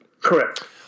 Correct